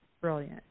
brilliant